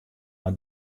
mei